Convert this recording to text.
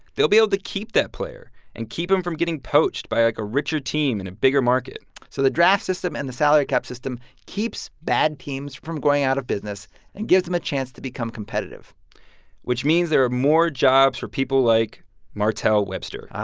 they'll be able to keep that player and keep him from getting poached by, like, a richer team in a bigger market so the draft system and the salary cap system keeps bad teams from going out of business and gives them a chance to become competitive which means there are more jobs for people like martell webster ah,